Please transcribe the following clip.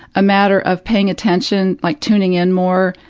a matter of paying attention, like, tuning in more,